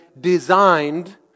designed